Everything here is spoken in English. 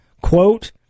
Quote